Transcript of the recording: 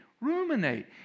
ruminate